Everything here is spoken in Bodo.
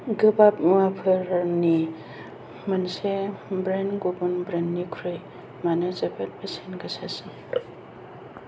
गोबाब मुवाफोरनि मोनसे ब्रेन्ड आ गुबुन ब्रेन्ड निख्रुइ मानो जोबोद बेसेन गोसासिन